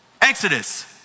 Exodus